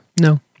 No